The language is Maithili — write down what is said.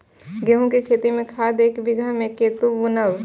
गेंहू के खेती में खाद ऐक बीघा में कते बुनब?